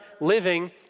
living